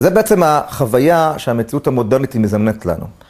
זה בעצם החוויה שהמציאות המודרנית היא מזמנת לנו.